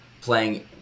playing